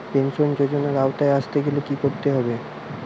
Pension যজোনার আওতায় আসতে গেলে কি করতে হবে?